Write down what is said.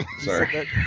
Sorry